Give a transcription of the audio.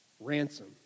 Ransom